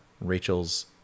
Rachel's